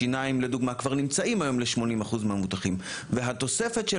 השיניים לדוגמה כבר נמצאים היום ל-80% מהמבוטחים והתוספת של